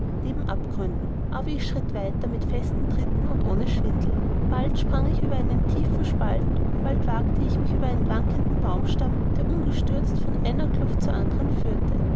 neben abgründen aber ich schritt weiter mit festem tritt und ohne schwindel bald sprang ich über einen tiefen spalt bald wagte ich mich über einen wankenden baumstamm der umgestürzt von einer kluft zur anderen führte